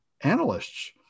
analysts